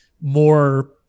more